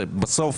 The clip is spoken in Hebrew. בסוף,